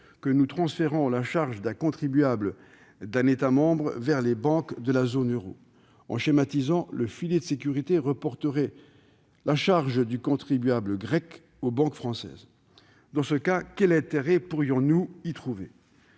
que nous transférons la charge d'un contribuable d'un État membre vers les banques de la zone euro. En schématisant, le filet de sécurité reporterait la charge du contribuable grec sur les banques françaises. Dans ces conditions, quel intérêt le présente-t-il ?